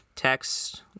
text